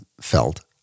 felt